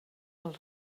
del